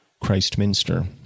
Christminster